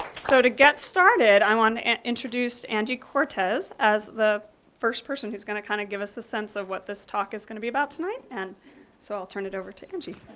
so, to get started, i wanna and introduce andy cortez as the first person who's gonna kind of give us a sense of what this talk is gonna be about tonight and so i'll turn it over to angie.